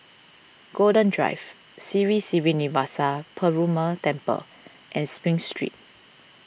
Golden Drive Sri Srinivasa Perumal Temple and Spring Street